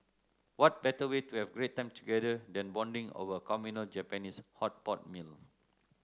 what better way to have great time together than bonding over a communal Japanese hot pot meal